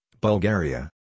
Bulgaria